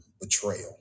betrayal